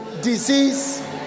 Disease